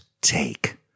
take